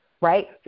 right